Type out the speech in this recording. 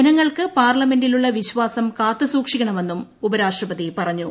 ജനങ്ങൾക്ക് പാർലമെന്റിലുള്ള വിശ്വാസം കാത്തുസൂക്ഷിക്കണമെന്നും ഉപരാഷ്ട്രപതി പറഞ്ഞു